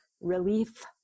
relief